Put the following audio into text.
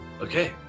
Okay